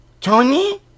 Tony